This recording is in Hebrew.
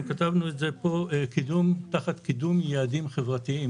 אנחנו כתבנו את זה פה תחת קידום יעדים חברתיים.